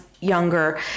younger